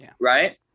Right